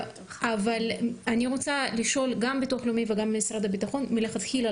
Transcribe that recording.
אבל אני רוצה לשאול גם את ביטוח לאומי וגם את משרד הביטחון: מלכתחילה,